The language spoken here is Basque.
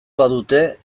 badute